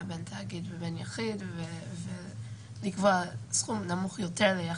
בין תאגיד לבין יחיד ולקבוע סכום נמוך יותר ליחיד?